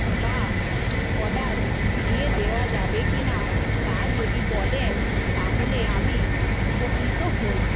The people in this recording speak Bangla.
বা অর্ডার ফিরিয়ে দেওয়া যাবে কিনা তা যদি বলেন তাহলে আমি উপকৃত হই